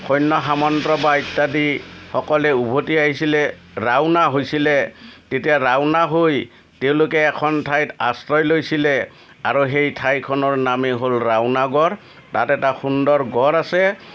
সৈন্য সামন্ত বা ইত্যাদি অকলে উভতি আহিছিলে ৰাওনা হৈছিলে তেতিয়া ৰাওনা হৈ তেওঁলোকে এখন ঠাইত আশ্ৰয় লৈছিলে আৰু সেই ঠাইখনৰ নামেই হ'ল ৰাওনা গড় তাত এটা সুন্দৰ গড় আছে